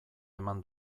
eman